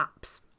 apps